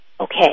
Okay